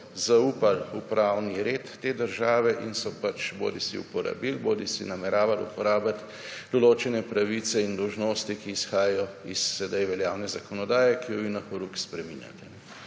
zaupali v pravni red te države in so pač bodisi uporabili bodisi nameravali uporabiti določene pravice in dolžnosti, ki izhajajo iz sedaj veljavne zakonodaje, ki jo vi na horuk spreminjate.